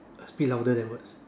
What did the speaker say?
speak louder than words